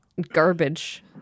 garbage